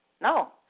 no